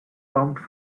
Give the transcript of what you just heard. pumped